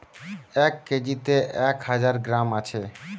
এক কেজিতে এক হাজার গ্রাম আছে